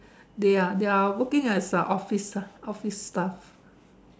they are they are working as office ah office staff